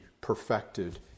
perfected